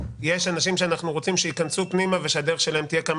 רוצים שייכנסו פנימה ושהדרך שלהם תהיה יותר